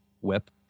whip